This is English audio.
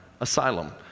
Asylum